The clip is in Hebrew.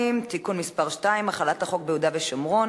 (תיקון מס' 2) (החלת החוק ביהודה והשומרון),